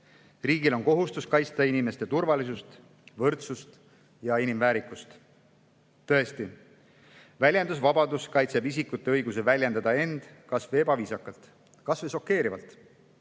Riigil on kohustus kaitsta inimeste turvalisust, võrdsust ja inimväärikust. Tõesti, väljendusvabadus kaitseb isikute õigusi väljendada end kas või ebaviisakalt, kas või šokeerivalt.